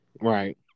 Right